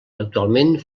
actualment